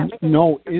no